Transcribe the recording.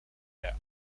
der